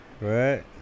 right